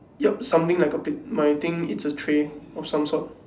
yup something like a p~ my thing is a tray or some sort